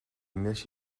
wnes